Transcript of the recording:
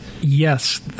yes